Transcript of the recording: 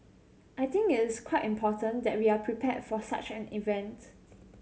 I think it's quite important that we are prepared for such an event